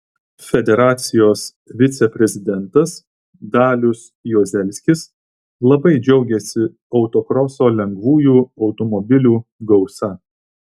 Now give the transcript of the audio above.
federacijos viceprezidentas dalius juozelskis labai džiaugėsi autokroso lengvųjų automobilių gausa